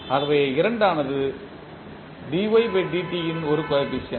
ஆகவே 2 ஆனது dydt ன் ஒரு கோஎபிசியன்ட்